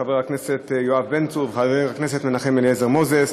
חבר הכנסת יואב בן צור וחבר הכנסת מנחם אליעזר מוזס,